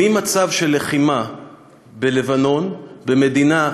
ממצב של לחימה בלבנון, במדינה סוברנית,